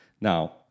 Now